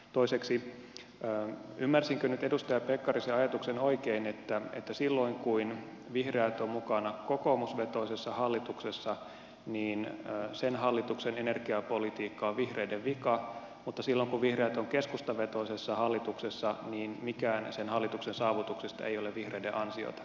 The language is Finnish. toiseksi ymmärsinkö nyt edustaja pekkarisen ajatuksen oikein että silloin kun vihreät on mukana kokoomusvetoisessa hallituksessa niin sen hallituksen energiapolitiikka on vihreiden vika mutta silloin kun vihreät on keskustavetoisessa hallituksessa niin mikään sen hallituksen saavutuksista ei ole vihreiden ansiota